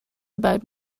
about